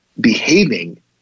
behaving